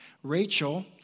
Rachel